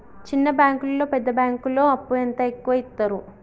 చిన్న బ్యాంకులలో పెద్ద బ్యాంకులో అప్పు ఎంత ఎక్కువ యిత్తరు?